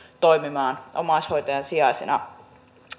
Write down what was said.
toimimaan omaishoitajan sijaisena